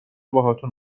باهاتون